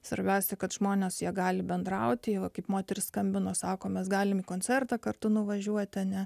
svarbiausia kad žmonės jie gali bendrauti va kaip moteris skambino sako mes galime į koncertą kartu nuvažiuoti ane